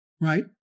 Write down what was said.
right